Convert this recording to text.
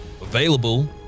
Available